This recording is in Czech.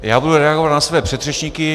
Já budu reagovat na své předřečníky.